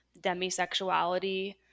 demisexuality